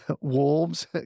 Wolves